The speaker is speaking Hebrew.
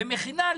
ומכינה,